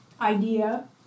idea